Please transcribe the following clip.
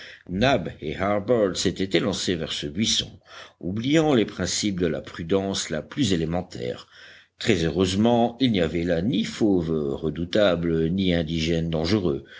harbert s'étaient élancés vers ce buisson oubliant les principes de la prudence la plus élémentaire très heureusement il n'y avait là ni fauve redoutable ni indigène dangereux